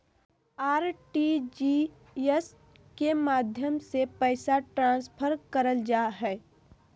RTGS के माध्यम से पैसा ट्रांसफर करल जा हय